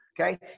okay